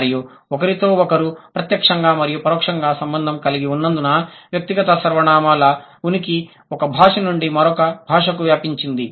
మరియు ఒకరితో ఒకరు ప్రత్యక్షంగా మరియు పరోక్షంగా సంబంధం కలిగి ఉన్నందున వ్యక్తిగత సర్వనామాల ఉనికి ఒక భాష నుండి మరొక భాషకు వ్యాపించింది